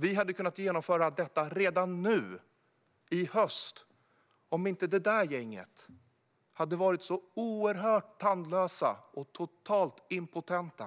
Vi hade kunnat genomföra detta redan nu i höst, om inte det borgerliga gänget hade varit så oerhört tandlöst och totalt impotent.